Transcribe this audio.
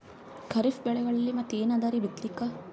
ಖರೀಫ್ ಬೆಳೆಗಳಲ್ಲಿ ಮತ್ ಏನ್ ಅದರೀ ಬಿತ್ತಲಿಕ್?